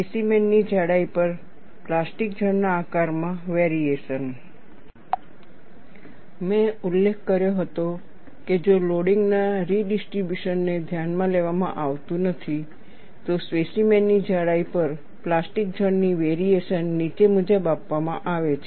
specimen ની જાડાઈ પર પ્લાસ્ટિક ઝોન ના આકારમાં વેરીએશન મેં ઉલ્લેખ કર્યો હતો કે જો લોડિંગ ના રિડિસ્ટ્રિબ્યુશન ને ધ્યાનમાં લેવામાં આવતું નથી તો સ્પેસીમેન ની જાડાઈ પર પ્લાસ્ટિક ઝોન ની વેરીએશન નીચે મુજબ આપવામાં આવે છે